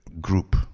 group